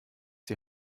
die